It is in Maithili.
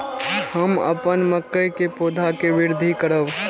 हम अपन मकई के पौधा के वृद्धि करब?